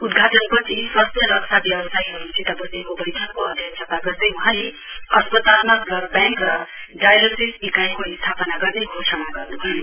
उद्घाटनपछि स्वास्थ्या रक्षा व्यावसायीहरुसित वसेको बैठकको अध्यक्षता गर्दै वहाँले अस्पतालमा ब्लड ब्याङ्क र डायलसिस इकाइको निमार्ण गर्ने घोषणा गर्नुभयो